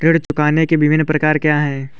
ऋण चुकाने के विभिन्न प्रकार क्या हैं?